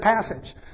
passage